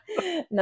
No